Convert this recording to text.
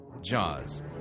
Jaws